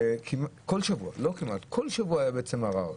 וכל שבוע היה ערר.